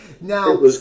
Now